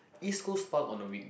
East Coast Park on a week